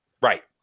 right